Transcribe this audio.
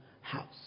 house